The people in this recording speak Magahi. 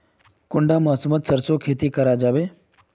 कुंडा मौसम मोत सरसों खेती करा जाबे?